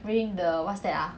bring the what's that ah